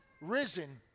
risen